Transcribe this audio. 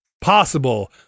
possible